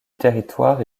territoire